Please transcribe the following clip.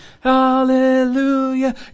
Hallelujah